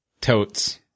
Totes